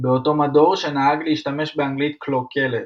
באותו מדור שנהג להשתמש באנגלית קלוקלת.